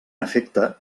efecte